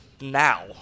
now